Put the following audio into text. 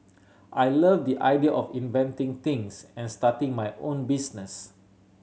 I love the idea of inventing things and starting my own business